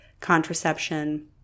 contraception